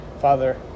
Father